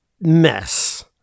mess